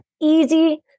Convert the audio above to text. easy